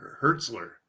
Hertzler